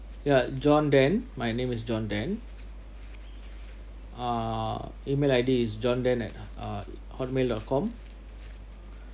ya john den my name is john den uh email I_D is john den at uh hotmail dot com